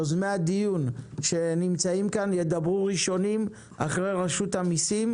יוזמי הדיון שנמצאים כאן ידברו ראשונים אחרי רשות המיסים,